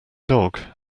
dog